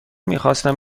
میخواستم